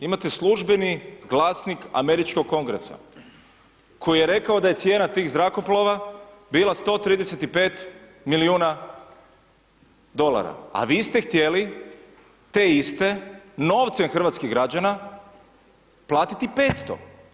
Imate Službeni glasnik američkog kongresa koji je rekao da je cijena tih zrakoplova bila 135 milijuna dolara, a vi ste htjeli te iste novce hrvatskih građana platiti 500.